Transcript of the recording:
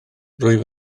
rwyf